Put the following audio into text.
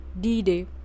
D-Day